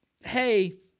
hey